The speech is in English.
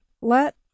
let